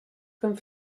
comme